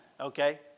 Okay